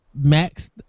Max